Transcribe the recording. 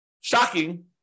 shocking